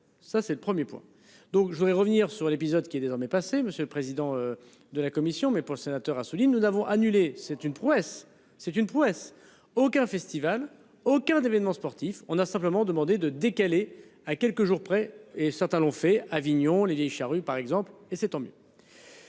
ça c'est le 1er point donc je voudrais revenir sur l'épisode qui est désormais passé monsieur le président de la commission mais pour le sénateur Assouline nous n'avons annulé. C'est une prouesse. C'est une prouesse aucun festival aucun d'événements sportifs, on a simplement demandé de décaler à quelques jours près et certains l'ont fait Avignon Les Vieilles Charrues par exemple et c'est tant mieux.